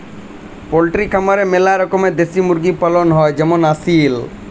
poultry খামারে ম্যালা রকমের দেশি মুরগি পালন হ্যয় যেমল আসিল